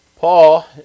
Paul